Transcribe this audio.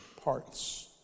parts